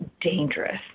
dangerous